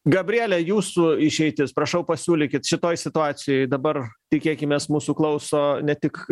gabriele jūsų išeitis prašau pasiūlykit šitoj situacijoj dabar tikėkimės mūsų klauso ne tik